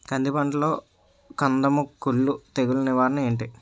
కంది పంటలో కందము కుల్లు తెగులు నివారణ ఏంటి?